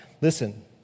Listen